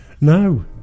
No